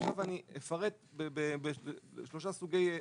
עכשיו, אני אפרט על שלושה סוגי הטבות: